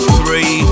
three